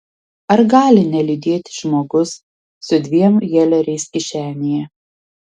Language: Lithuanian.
ar gali neliūdėti žmogus su dviem heleriais kišenėje